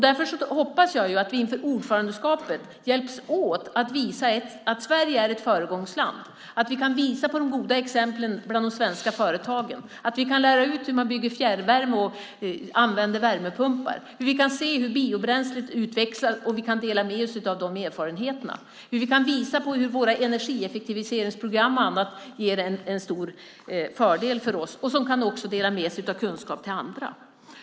Därför hoppas jag att vi inför ordförandeskapet hjälps åt att visa att Sverige är ett föregångsland, visa på de goda exemplen bland de svenska företagen, lära ut hur man bygger fjärrvärme och använder värmepumpar, se på hur biobränsle utvecklas och dela med oss av våra erfarenheter, hur våra energieffektiviseringsprogram och annat ger en stor fördel för oss samt dela med oss av vår kunskap till andra.